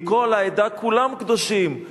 כי כל העדה כולם קדושים,